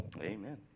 Amen